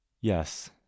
Yes